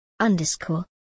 Underscore